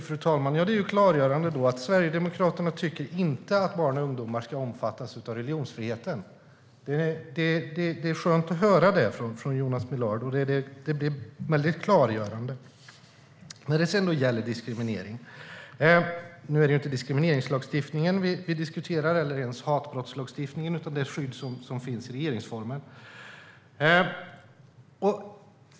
Fru talman! Det är klargörande att Sverigedemokraterna inte tycker att barn och ungdomar ska omfattas av religionsfriheten. Det är skönt att höra det från Jonas Millard. Det blir väldigt klargörande. Nu är det inte diskrimineringslagstiftningen vi diskuterar eller ens hatbrottslagstiftningen, utan det är ett skydd som finns i regeringsformen.